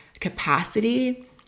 capacity